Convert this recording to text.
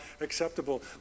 acceptable